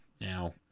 Now